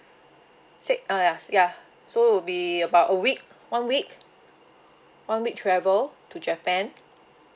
six uh ya ya so would be about a week one week one week travel to japan